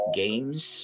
games